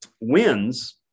wins